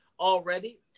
already